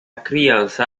criança